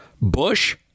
Bush